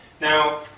Now